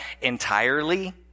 entirely